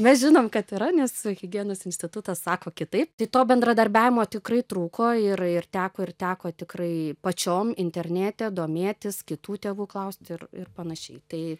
mes žinom kad yra nes higienos institutas sako kitaip tai to bendradarbiavimo tikrai trūko ir ir teko ir teko tikrai pačiom internete domėtis kitų tėvų klausti ir ir panašiai tai